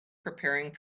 preparing